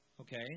Okay